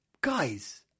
guys